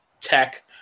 tech